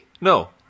No